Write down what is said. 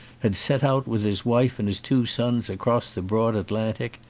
had set out with his wife and his two sons across the broad atlantic.